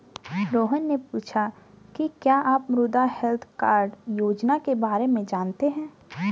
रोहन ने पूछा कि क्या आप मृदा हैल्थ कार्ड योजना के बारे में जानते हैं?